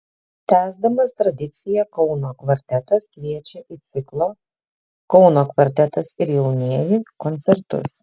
tęsdamas tradiciją kauno kvartetas kviečia į ciklo kauno kvartetas ir jaunieji koncertus